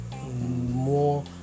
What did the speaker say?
more